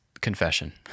confession